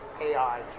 AI